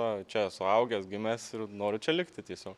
o čia suaugęs gimęs ir noriu čia likti tiesiog